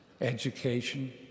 education